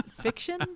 fiction